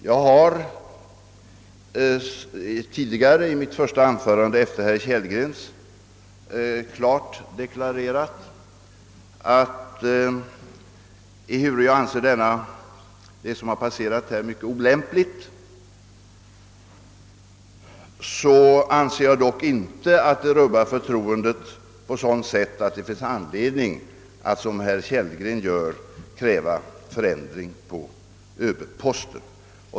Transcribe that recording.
Jag har tidigare, i mitt första anförande efter herr Kellgrens, klart deklarerat att jag, trots att jag finner det som passerat vara mycket olämpligt, dock inte anser att det rubbar förtroendet på sådant sätt att det finns anledning att, såsom herr Kellgren gör, kräva förändring på ÖB-posten.